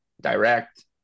direct